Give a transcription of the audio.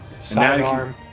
sidearm